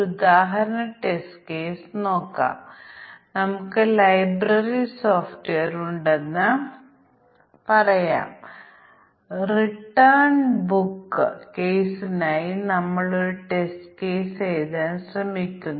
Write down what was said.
അതിനാൽ ഏറ്റവും ലളിതമായ അതിർത്തി മൂല്യ പരിശോധന സൂചിപ്പിക്കുന്നത് വ്യത്യസ്ത തുല്യതാ ക്ലാസുകളുടെ അതിർത്തിയിൽ ഞങ്ങൾ ടെസ്റ്റ് കേസുകൾ തിരഞ്ഞെടുക്കുന്നു